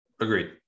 Agreed